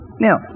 Now